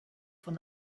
von